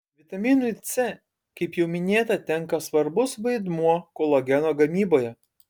vitaminui c kaip jau minėta tenka svarbus vaidmuo kolageno gamyboje